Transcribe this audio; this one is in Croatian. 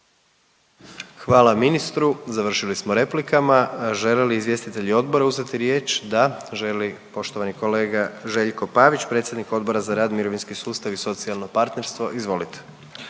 Hvala ministru, završili smo replikama. Žele li izvjestitelji odbora uzeti riječ? Da, želi poštovani kolega Željko Pavić predsjednik Odbora za rad, mirovinski sustav i socijalno partnerstvo. Izvolite.